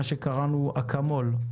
מה שקראנו "אקמול",